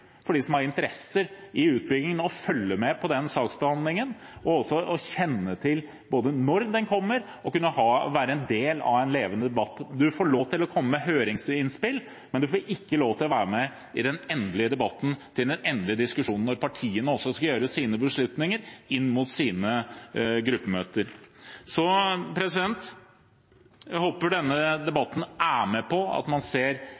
for dem som har interesser i utbyggingen, å følge med på den saksbehandlingen, kjenne til når den kommer og kunne være en del av en levende debatt. Man får lov til å komme med høringsinnspill, men man får ikke lov til å være med i den endelige debatten og den endelige diskusjonen når partiene skal gjøre sine beslutninger inn mot sine gruppemøter. Jeg håper denne debatten er med på å bidra til at man ser